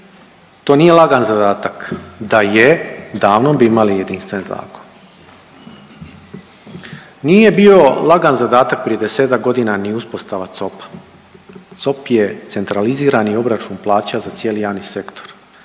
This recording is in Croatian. To nije lagan zadatak, da je davno bi imali jedinstven zakon. Nije bio lagan zadatak prije desetak godina ni uspostava COP-a, COP je centralizirani obračun plaća za cijeli javni sektor.